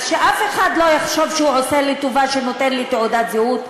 אז שאף אחד לא יחשוב שהוא עושה לי טובה שהוא נותן לי תעודת זהות,